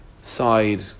side